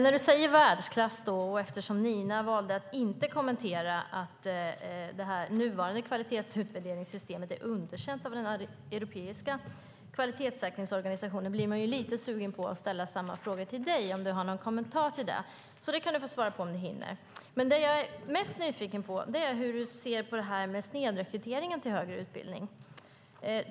Fru talman! Emil Källström talar om världsklass, och Nina valde att inte kommentera att det nuvarande kvalitetsutvärderingssystemet har blivit underkänt av den europeiska kvalitetssäkringsorganisationen. Därför blir jag lite sugen på att ställa samma fråga till dig: Har du någon kommentar till detta? Det kan du få svara på om du hinner. Det jag är mest nyfiken på är hur du ser på snedrekryteringen till högre utbildning.